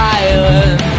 island